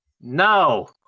No